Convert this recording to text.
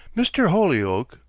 mr. holyoake,